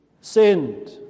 sinned